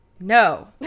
No